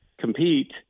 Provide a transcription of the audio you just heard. compete –